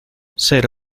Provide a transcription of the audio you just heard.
ser